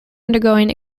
undergoing